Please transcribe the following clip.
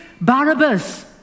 Barabbas